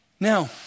Now